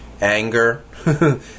anger